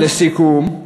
אז לסיכום,